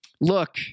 Look